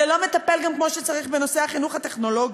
הוא לא מטפל כמו שצריך גם בנושא החינוך הטכנולוגי,